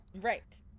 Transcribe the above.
Right